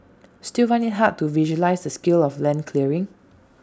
still find IT hard to visualise the scale of land clearing